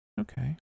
Okay